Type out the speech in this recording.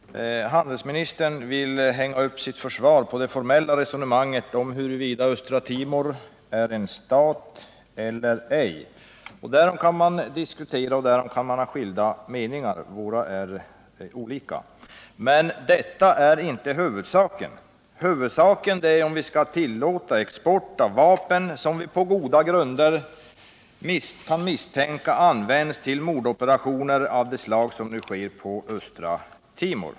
Herr talman! Handelsministern vill hänga upp sitt försvar på det formella resonemanget huruvida Östra Timor är en stat eller ej. Därom kan man diskutera och ha skilda meningar. Våra uppfattningar är olika. Men detta är inte huvudsaken. Huvudsaken är om vi skall tillåta export av vapen, som vi på goda grunder kan misstänka används till mordoperationer av det slag som nu sker på Östra Timor.